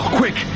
quick